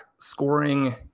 scoring